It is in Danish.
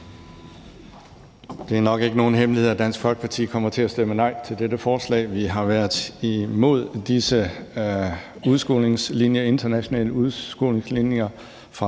Det er nok ikke nogen hemmelighed, at Dansk Folkeparti kommer til at stemme nej til dette forslag; vi har været imod disse internationale udskolingslinjer fra